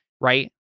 right